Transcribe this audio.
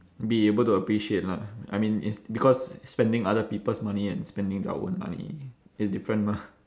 be able to appreciate lah I mean it's because spending other people's money and spending their own money is different mah